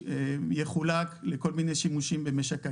יחולק לכל מיני שימושים במשק הגז,